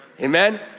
Amen